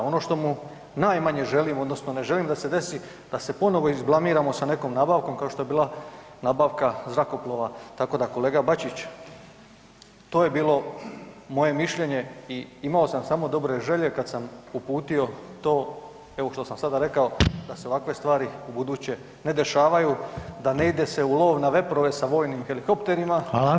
Ono što mu najmanje želim odnosno ne želim da se desi, da se ponovo izblamiramo sa nekom nabavkom, kao što je bila nabavka zrakoplova, tako da kolega Bačić, to je bilo moje mišljenje i imao sam samo dobro želje kad sam uputio to evo što sam sada rekao da se ovakve stvari ubuduće ne dešavaju, da ne ide se u lov na veprove sa vojnim helikopterima